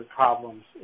problems